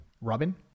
Robin